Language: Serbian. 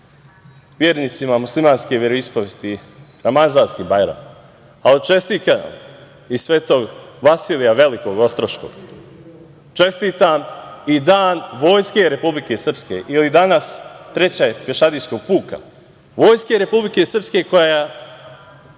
vernicima muslimanske veroispovesti Ramazanski Bajram, ali čestitam i Svetog Vasilija Velikog Ostroškog. Čestitam i Dan vojske Republike Srpske ili danas Trećeg pešadijskog puka, vojske Republike Srpske koja je